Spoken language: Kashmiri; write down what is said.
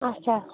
اچھا